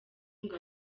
ngo